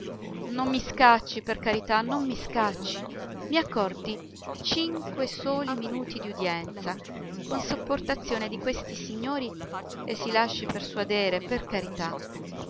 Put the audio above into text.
non mi scacci per carità non mi scacci i accordi cinque soli minuti d'udienza con sopportazione di questi signori e si lasci persuadere per carità